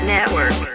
Network